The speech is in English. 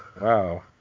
Wow